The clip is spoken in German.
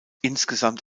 insgesamt